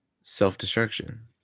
self-destruction